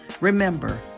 Remember